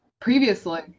Previously